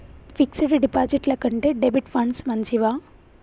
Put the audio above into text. Fix డ్ డిపాజిట్ల కంటే డెబిట్ ఫండ్స్ మంచివా?